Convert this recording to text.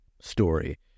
story